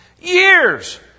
Years